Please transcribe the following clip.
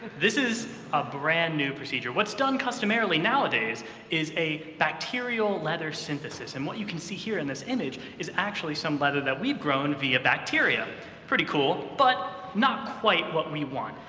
this is a brand new procedure. what's done customarily nowadays is a bacterial leather synthesis. and what you can see here in this image is actually some leather that we've grown via bacteria pretty cool, but not quite what we want.